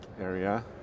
area